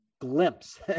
glimpse